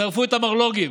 שרפו את המרלו"גים